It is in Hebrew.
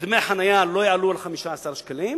דמי חנייה לא יעלו על 15 שקלים.